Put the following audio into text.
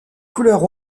couleur